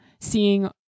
seeing